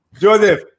Joseph